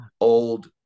old